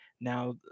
Now